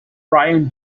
brian